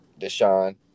Deshaun